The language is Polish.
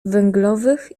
węglowych